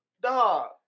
dog